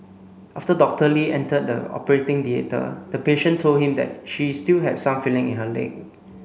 after Doctor Lee entered the operating theatre the patient told him that she still had some feeling in her leg